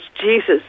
Jesus